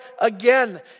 again